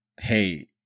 hey